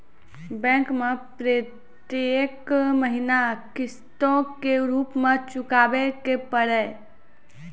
Bank मैं प्रेतियेक महीना किस्तो के रूप मे चुकाबै के पड़ी?